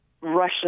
Russian